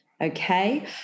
okay